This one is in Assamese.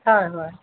হয় হয়